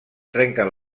trenquen